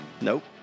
Nope